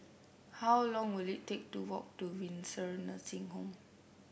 how long will it take to walk to Windsor Nursing Home